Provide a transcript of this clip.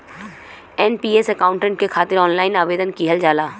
NPS account के खातिर online आवेदन किहल जाला